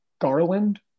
garland